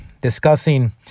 discussing